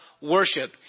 worship